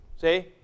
See